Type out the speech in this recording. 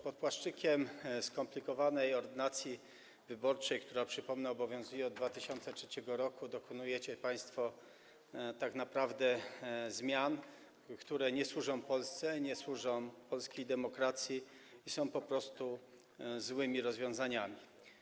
Pod płaszczykiem skomplikowanej Ordynacji wyborczej, która - przypomnę - obowiązuje od 2003 r., dokonujecie państwo tak naprawdę zmian, które nie służą Polsce, nie służą polskiej demokracji i są po prostu złymi rozwiązaniami.